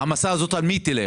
ההעמסה הזאת על מי תהיה?